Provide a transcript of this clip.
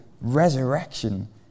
resurrection